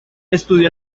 estudió